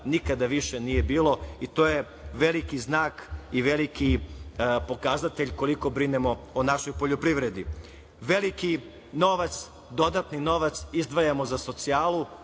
Nikada više nije bilo i to je veliki znak i veliki pokazatelj koliko brinemo o našoj poljoprivredi. Veliki novac, dodatni novac izdvajamo za socijalu,